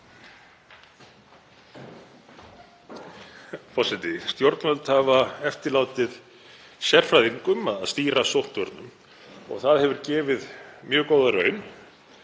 Forseti. Stjórnvöld hafa eftirlátið sérfræðingum að stýra sóttvörnum. Það hefur gefið mjög góða raun